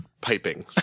piping